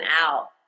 out